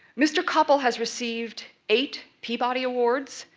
mr. koppel has received eight peabody awards,